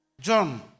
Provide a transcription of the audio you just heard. John